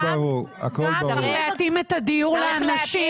דיור, תעסוקה ופנאי, לאנשים